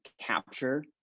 capture